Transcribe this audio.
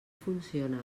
funciona